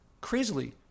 Crazily